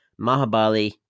mahabali